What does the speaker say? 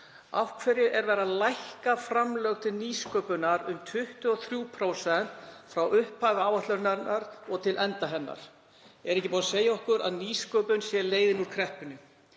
hverju er verið að lækka framlög til nýsköpunar um 23% frá upphafi áætlunarinnar og til enda hennar? Er ekki búið að segja okkur að nýsköpun sé leiðin úr kreppunni?